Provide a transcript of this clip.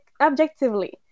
objectively